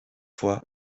fois